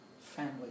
family